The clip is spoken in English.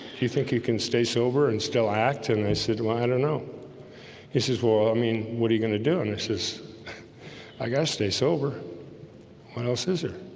do you think you can stay sober and still act and they said well, i don't know he says well, i mean, what are you gonna do and this is i got stay sober what else is there?